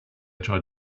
tried